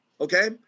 okay